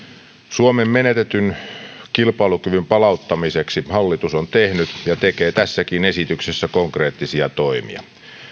suomen menetetyn kilpailukyvyn palauttamiseksi hallitus on tehnyt ja tekee tässäkin esityksessä konkreettisia toimia